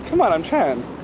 come on, i'm trans.